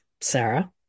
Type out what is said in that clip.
Sarah